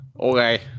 Okay